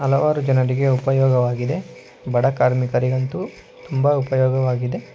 ಹಲವಾರು ಜನರಿಗೆ ಉಪಯೋಗವಾಗಿದೆ ಬಡ ಕಾರ್ಮಿಕರಿಗಂತು ತುಂಬ ಉಪಯೋಗವಾಗಿದೆ